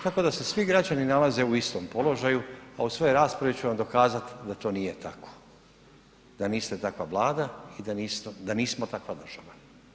Tako da se svi građani nalaze u istom položaju, a u svojoj raspravi ću vam dokazati da to nije tako, da niste takva Vlada i da nismo takva država.